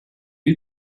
you